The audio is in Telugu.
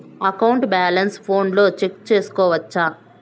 అకౌంట్ బ్యాలెన్స్ ఫోనులో చెక్కు సేసుకోవచ్చా